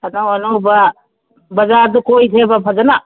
ꯑꯅꯧ ꯑꯅꯧꯕ ꯕꯖꯥꯔꯗꯨ ꯀꯣꯏꯁꯦꯕ ꯐꯖꯅ